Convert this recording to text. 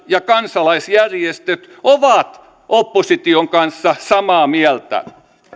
ja kansalaisjärjestöt ovat opposition kanssa samaa mieltä